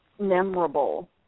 memorable